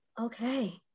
Okay